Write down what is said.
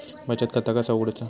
बचत खाता कसा उघडूचा?